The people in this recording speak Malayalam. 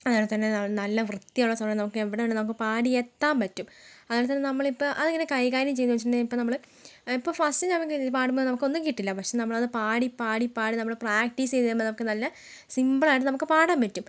അതുപോലെത്തന്നെ നല്ല വൃത്തിയുള്ള സൗണ്ടാണെങ്കിൽ നമുക്ക് എവിടെ വേണമെങ്കിലും നമുക്ക് പാടി എത്താൻ പറ്റും അതുപോലെത്തന്നെ നമ്മളിപ്പോൾ അതെങ്ങനെയാണ് കൈകാര്യം ചെയ്യുന്നെന്ന് ചോദിച്ചിണ്ടേൽ ഇപ്പോൾ നമ്മൾ ഇപ്പം ഫസ്റ്റ് നമുക്ക് ഇത് പാടുമ്പോൾ നമുക്ക് ഒന്നും കിട്ടില്ല പക്ഷേ നമ്മളത് പാടി പാടി നമ്മൾ പ്രാക്റ്റീസ് ചെയ്ത് കഴിയുമ്പോൾ നമുക്ക് നല്ല സിംപിളായി നമുക്ക് പാടാൻ പറ്റും